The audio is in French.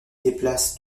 déplacent